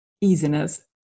easiness